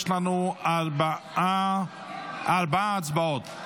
יש לנו ארבע הצבעות.